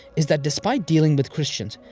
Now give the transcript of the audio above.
is that despite dealing with christians,